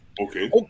okay